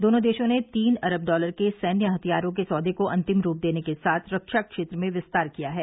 दोनों देशों ने तीन अरब डॉलर के सैन्य हथियारों के सौदे को अंतिम रूप देने के साथ रक्षा क्षेत्र में विस्तार किया है